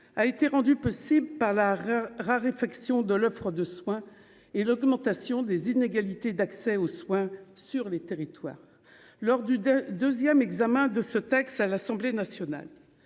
a été rendue possible par la raréfaction de l'offre de soins et l'augmentation des inégalités d'accès aux soins sur les territoires, lors du 2ème. Examen de ce texte à l'Assemblée nationale.